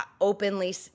openly